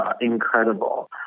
incredible